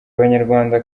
abanyarwanda